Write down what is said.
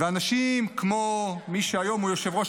ואנשים כמו מי שהיום הוא יושב-ראש